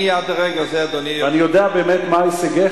אני יודע באמת מה הישגיך,